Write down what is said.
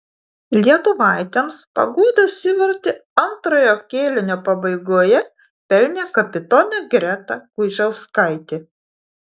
lietuvaitėms paguodos įvartį antrojo kėlinio pabaigoje pelnė kapitonė greta guižauskaitė